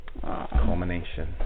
Culmination